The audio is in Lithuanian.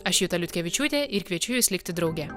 aš juta liutkevičiūtė ir kviečiu jus likti drauge